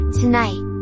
tonight